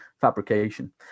fabrication